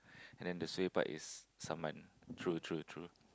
and the suay part is saman true true true